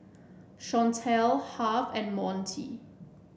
Shantel Harve and Montie